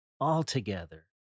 Altogether